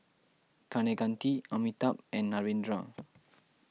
Kaneganti Amitabh and Narendra